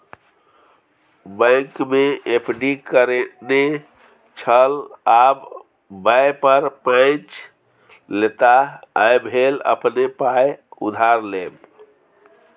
बैंकमे एफ.डी करेने छल आब वैह पर पैंच लेताह यैह भेल अपने पाय उधार लेब